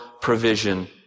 provision